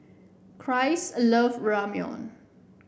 Christ loves Ramyeon